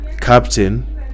captain